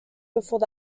before